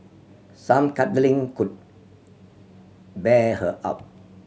some cuddling could beer her up